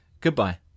Goodbye